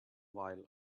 while